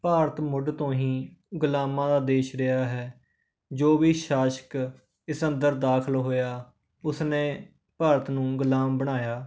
ਭਾਰਤ ਮੁੱਢ ਤੋਂ ਹੀ ਗੁਲਾਮਾਂ ਦਾ ਦੇਸ਼ ਰਿਹਾ ਹੈ ਜੋ ਵੀ ਸ਼ਾਸਕ ਇਸ ਅੰਦਰ ਦਾਖਲ ਹੋਇਆ ਉਸ ਨੇ ਭਾਰਤ ਨੂੰ ਗੁਲਾਮ ਬਣਾਇਆ